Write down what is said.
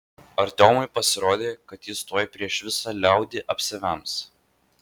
artiomui pasirodė kad jis tuoj prieš visą liaudį apsivems